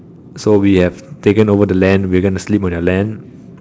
so we have taken over the land we're gonna sleep on the land